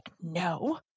no